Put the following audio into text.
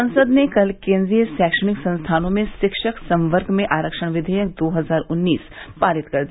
संसद ने कल केंद्रीय रैक्षणिक संस्थानों में शिक्षक संवर्ग में आरक्षण क्षियक दो हजार उन्नीस पारित कर दिया